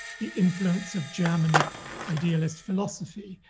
the influence of german idealist philosophy,